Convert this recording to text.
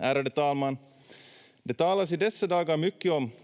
Ärade talman! Det talas i dessa dagar mycket om